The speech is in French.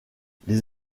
les